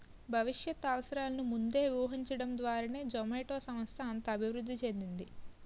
భవిష్యత్ అవసరాలను ముందే ఊహించడం ద్వారానే జొమాటో సంస్థ అంత అభివృద్ధి చెందింది